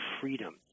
freedom